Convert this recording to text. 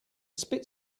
spit